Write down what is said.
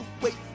Wait